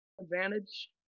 Advantage